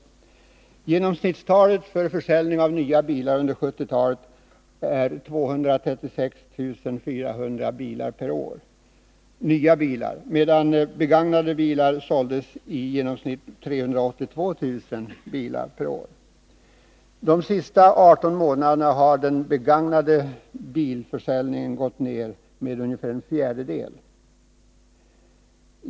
I genomsnitt såldes under 1970-talet 236 400 nya bilar per 115 år, medan motsvarande siffra för begagnade bilar var 382 000. Under de senaste 18 månaderna har försäljningen av begagnade bilar gått ned med ungefär en fjärdedel.